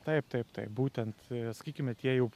taip taip taip būtent sakykime tie jau